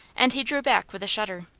and he drew back with a shudder.